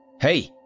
Hey